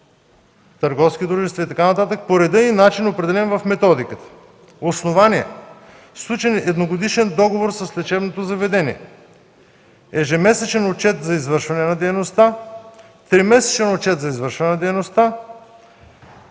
търговски дружества и така нататък по реда и начина, определен в методиката. Основание – сключен едногодишен договор с лечебното заведение, ежемесечен отчет за извършване на дейността, тримесечен отчет за извършване на дейността,